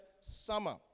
summer